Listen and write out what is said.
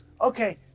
Okay